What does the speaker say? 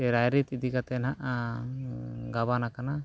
ᱪᱮ ᱨᱟᱭ ᱨᱤᱛ ᱤᱫᱤ ᱠᱟᱛᱮ ᱱᱟᱜ ᱜᱟᱵᱟᱱᱟᱠᱟᱱᱟ